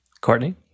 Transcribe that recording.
Courtney